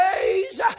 days